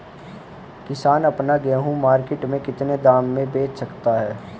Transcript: किसान अपना गेहूँ मार्केट में कितने दाम में बेच सकता है?